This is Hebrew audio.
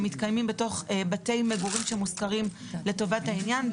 שמתקיימים בתוך בתי מגורים שמושכרים לטובת העניין,